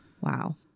Wow